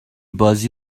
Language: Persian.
بازی